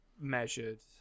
measured